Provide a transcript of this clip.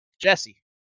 Jesse